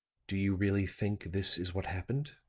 do you really think this is what happened?